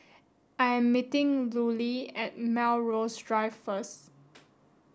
I am meeting Lulie at Melrose Drive first